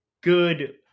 good